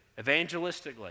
evangelistically